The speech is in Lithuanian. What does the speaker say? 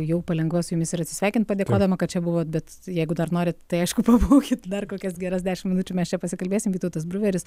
jau palengva su jumis ir atsisveikint padėkodama kad čia buvot bet jeigu dar norit tai aišku pabūkit dar kokias geras dešimt minučių mes čia pasikalbėsim vytautas bruveris